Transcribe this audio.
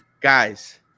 guys